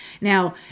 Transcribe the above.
Now